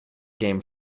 game